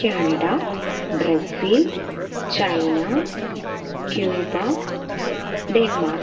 Canada Brazil China Cuba Denmark